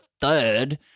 Third